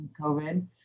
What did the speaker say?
COVID